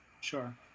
Sure